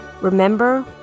Remember